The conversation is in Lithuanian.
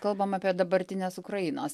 kalbam apie dabartinės ukrainos